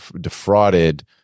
defrauded